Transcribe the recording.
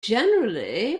generally